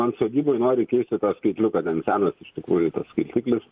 man sodyboj nori keisti tą skaitliuką ten senas iš tikrųjų tas skaitiklis